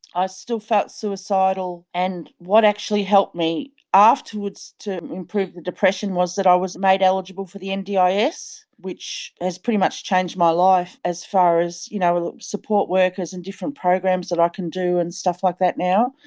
i still felt suicidal, and what actually helped me afterwards to improve the depression was that i was made eligible for the and ndis, ah which has pretty much changed my life as far as you know ah support workers and different programs that i can do and stuff like that now.